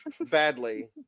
badly